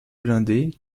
blindés